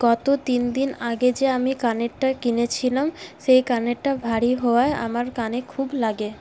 গত তিন দিন আগে যে আমি কানেরটা কিনেছিলাম সেই কানেরটা ভারী হওয়ায় আমার কানে খুব লাগে